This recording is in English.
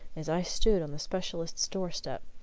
as i stood on the specialist's door-step,